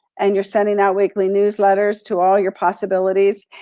and you're sending out weekly newsletters to all your possibilities.